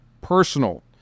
personal